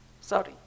Sorry